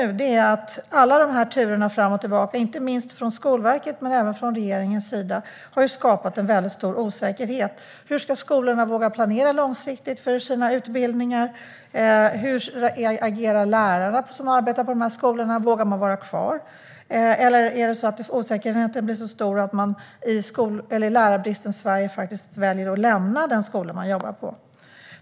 Alla turer fram och tillbaka, inte minst från Skolverkets men även från regeringens sida, har skapat en stor osäkerhet. Hur ska skolorna våga planera långsiktigt för sina utbildningar? Hur agerar lärarna som arbetar på dessa skolor? Vågar de vara kvar, eller är osäkerheten så stor att de faktiskt, i lärarbristens Sverige, väljer att lämna de skolor de jobbar på?